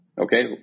Okay